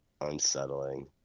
unsettling